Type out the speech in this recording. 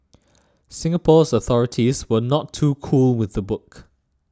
Singapore's authorities were not too cool with the book